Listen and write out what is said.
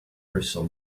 crystal